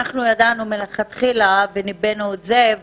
אנחנו ידענו מלכתחילה וניבאנו את זה,